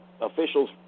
officials